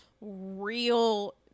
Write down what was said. real